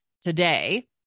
today